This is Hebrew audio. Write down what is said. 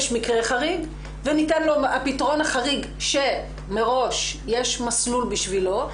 יש מקרה חריג וניתן לו הפתרון החריג שמראש יש מסלול בשבילו,